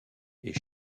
est